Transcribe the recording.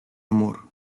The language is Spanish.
amor